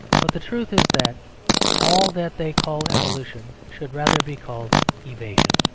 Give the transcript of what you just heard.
but the truth is that all that they call evolution should rather be called evasion.